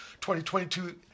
2022